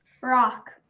Rock